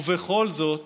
ובכל זאת